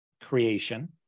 creation